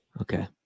okay